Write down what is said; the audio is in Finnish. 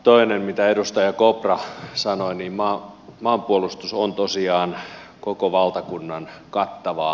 toinen mitä edustaja kopra sanoi oli että maanpuolustus on tosiaan koko valtakunnan kattavaa